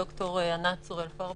הד"ר ענת צוראל פרבר.